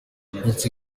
yacitse